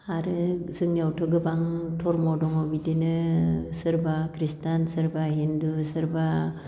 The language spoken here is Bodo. आरो जोंनियावथ' गोबां धर्म' दङ बिदिनो सोरबा ख्रिस्टियान सोरबा हिन्दु सोरबा